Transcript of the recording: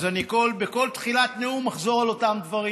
אז בכל תחילת נאום אחזור על אותם דברים,